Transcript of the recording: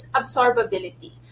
absorbability